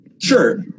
Sure